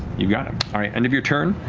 you got it. all right, end of your turn.